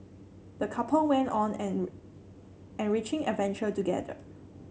the couple went on an enriching adventure together